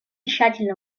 тщательно